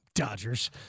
dodgers